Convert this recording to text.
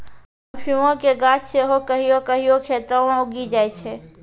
अफीमो के गाछ सेहो कहियो कहियो खेतो मे उगी जाय छै